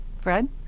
Fred